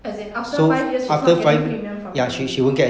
as in after five years she's not getting premium from the money already